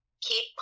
keep